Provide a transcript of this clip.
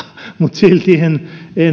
mutta silti en